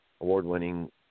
award-winning